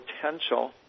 potential